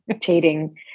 Cheating